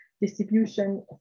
distribution